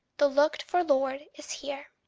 the looked for lord is here.